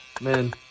Man